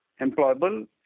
employable